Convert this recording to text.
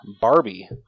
Barbie